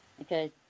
okay